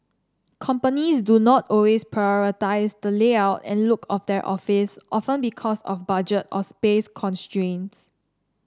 companies do not always prioritise the layout and look of their office often because of budget or space constraints